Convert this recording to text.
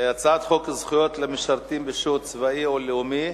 הצעת חוק זכויות למשרתים בשירות צבאי או לאומי,